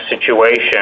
situation